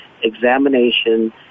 examination